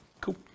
Cool